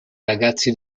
ragazzi